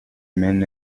man